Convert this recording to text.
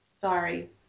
Sorry